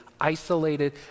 isolated